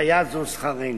והיה זה שכרנו.